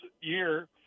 year –